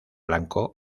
blanco